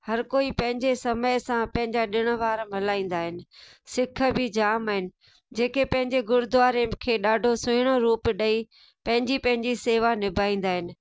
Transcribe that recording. हर कोई पंहिंजे समय सां पंहिंजा ॾिण वार मल्हाईंदा आहिनि सिख बि जाम आहिनि जे के पंहिंजे गुरुद्वारे खे ॾाढो सुहिणो रूप ॾेई पंहिंजी पंहिंजी सेवा निभाईंदा आहिनि